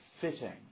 fitting